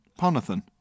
Ponathan